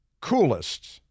coolest